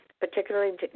particularly